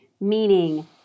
meaning